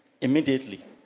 immediately